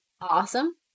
awesome